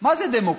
מה זה דמוקרטיה?